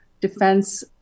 Defense